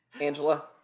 Angela